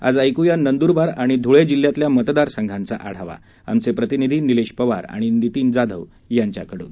आज ऐकूया नंदूरबार आणि धुळे जिल्हयातल्या मतदार संघांचा आढावा आमचे प्रतिनिधी निलेश पवार आणि नितीन जाधव यांच्या कडून